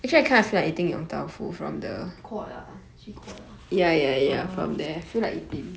quart ah 去 quart ah orh